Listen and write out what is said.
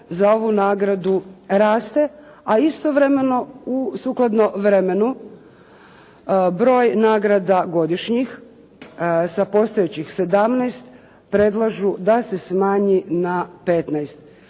za ovu nagradu raste a istovremeno sukladno vremenu broj nagrada godišnjih sa postojećih 17 predlažu da se smanji na 15.